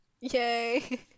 Yay